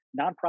nonprofit